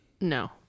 No